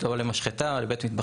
או למשחטה או לבית מטבחיים,